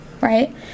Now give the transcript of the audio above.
right